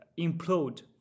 implode